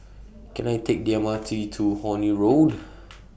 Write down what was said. Can I Take The M R T to Horne Road